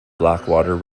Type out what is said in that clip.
blackwater